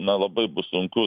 na labai bus sunku